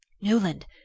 Newland